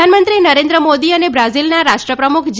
પ્રધાનમંત્રી નરેન્દ્ર મોદી અને બ્રાઝિલના રાષ્ટ્રપ્રમુખ જે